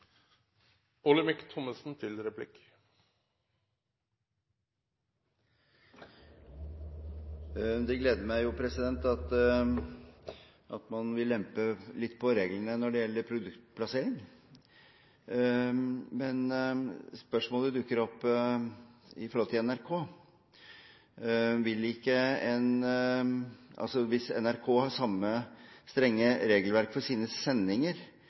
Det gleder meg jo at man vil lempe litt på reglene når det gjelder produktplassering. Men når det gjelder NRK, dukker dette spørsmålet opp: Hvis NRK har samme strenge regelverk for sine